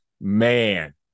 man